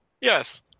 Yes